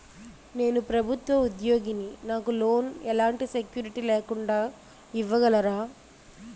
నేను ప్రభుత్వ ఉద్యోగిని, నాకు లోన్ ఎలాంటి సెక్యూరిటీ లేకుండా ఇవ్వగలరా?